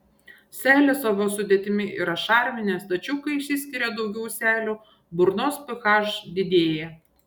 seilės savo sudėtimi yra šarminės tačiau kai išsiskiria daugiau seilių burnos ph didėja